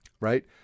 right